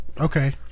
Okay